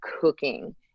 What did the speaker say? cooking